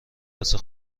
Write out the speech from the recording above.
واسه